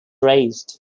raised